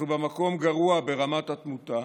אנחנו במקום גרוע ברמת התמותה,